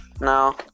No